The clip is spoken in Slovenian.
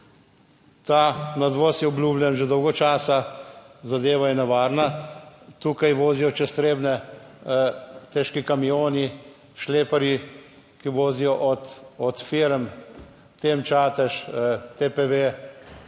Ta nadvoz je obljubljen že dolgo časa, zadeva je nevarna. Tukaj vozijo čez Trebnje težki kamioni, šleparji, ki vozijo od firm, term Čatež, TPV